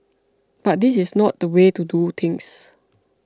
but this is not the way to do things